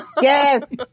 Yes